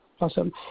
Awesome